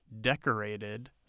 decorated